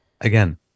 Again